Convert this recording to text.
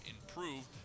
improve